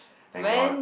thank god